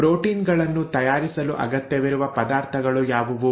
protein ಗಳನ್ನು ತಯಾರಿಸಲು ಅಗತ್ಯವಿರುವ ಪದಾರ್ಥಗಳು ಯಾವುವು